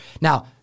Now